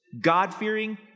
God-fearing